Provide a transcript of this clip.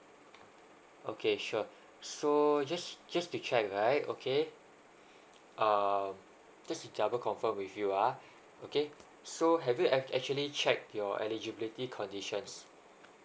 two okay sure so just just to check right okay um just double confirm with you ah okay so have you actually check your eligibility conditions